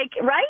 right